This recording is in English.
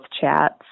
chats